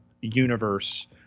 universe